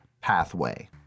pathway